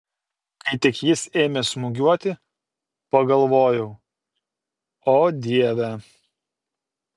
kai tik jis ėmė smūgiuoti pagalvojau o dieve